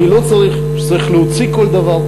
אני לא חושב שצריך להוציא כל דבר,